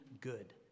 good